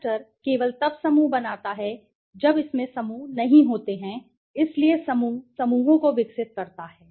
cluster केवल तब समूह बनाता है जब इसमें समूह नहीं होते हैं इसलिए समूह समूहों को विकसित करता है